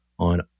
on